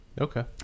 Okay